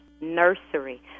nursery